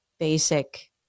basic